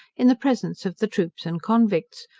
in the presence of the troops and convicts,